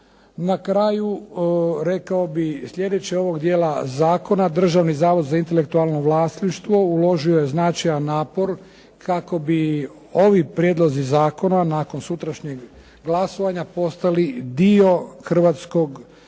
Na kraju rekao bih sljedeće ovoga dijela zakona Državni zavod za intelektualno vlasništvo uložio je značajan napor kako bi ovi prijedlozi zakona nakon sutrašnjeg glasovanja postali dio hrvatskog zakonodavstva.